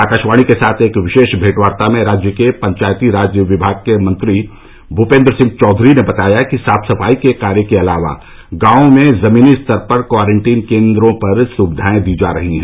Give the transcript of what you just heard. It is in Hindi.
आकाशवाणी के साथ एक विशेष भेंटवार्ता में राज्य के पंचायती राज विभाग के मंत्री भूपेन्द्र सिंह चौधरी ने बताया कि साफ सफाई के कार्य के अलावा गांवों में जमीनी स्तर पर क्वारंटीन केंद्रों पर सुविधाएं दी जा रहीं हैं